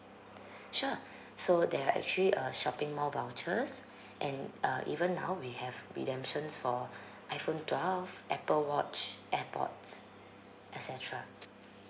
sure so there are actually uh shopping mall vouchers and uh even now we have redemptions for iphone twelve apple watch airpods et cetera